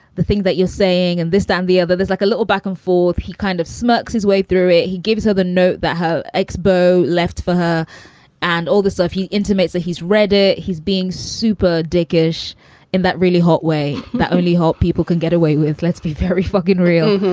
the thing that you're saying and this doumbia that there's like a little back and forth. he kind of smirks his way through it he gives her the note that her ex, bo, left for her and all the stuff he intimates that he's read it. he's being super dickish in that really hot way that only help people can get away with let's be very fucking real.